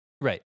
right